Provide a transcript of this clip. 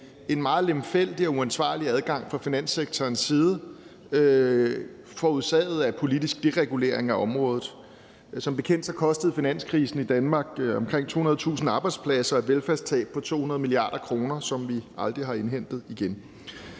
en meget lemfældig og uansvarlig adfærd fra finanssektorens side forårsaget af politisk deregulering af området. Som bekendt kostede finanskrisen Danmark omkring 200.000 arbejdspladser og et velfærdstab på 200 mia. kr., som vi aldrig har indhentet.